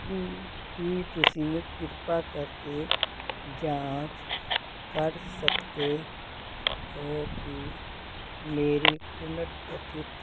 ਕੀ ਕੀ ਤੁਸੀਂ ਕਿਰਪਾ ਕਰਕੇ ਜਾਂਚ ਕਰ ਸਕਦੇ ਹੋ ਕਿ ਮੇਰੀ ਪੁਨਰਗਠਿਤ